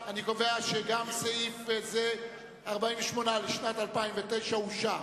סעיף 48, לשנת 2009, נתקבל.